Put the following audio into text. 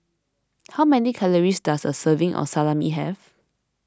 how many calories does a serving of Salami have